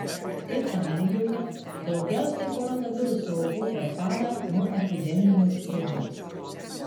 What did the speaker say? italijoje daugiausiai koronaviruso aukų per parą nuo epidemijos pradžios